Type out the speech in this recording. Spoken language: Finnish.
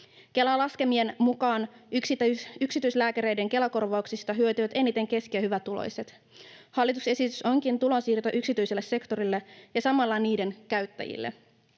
Kelan laskelmien mukaan yksityislääkäreiden Kela-korvauksista hyötyvät eniten keski- ja hyvätuloiset. Hallituksen esitys onkin tulonsiirto yksityiselle sektorille ja samalla sen käyttäjille.